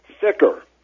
thicker